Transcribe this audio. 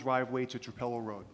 driveway to repel road